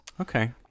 Okay